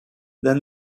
then